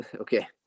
okay